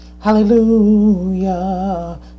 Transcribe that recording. Hallelujah